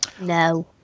No